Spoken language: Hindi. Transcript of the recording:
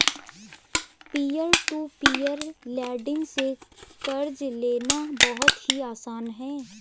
पियर टू पियर लेंड़िग से कर्ज लेना बहुत ही आसान है